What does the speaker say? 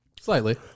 Slightly